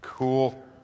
Cool